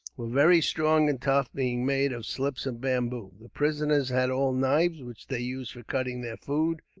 were very strong and tough being made of slips of bamboo. the prisoners had all knives, which they used for cutting their food.